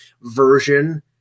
version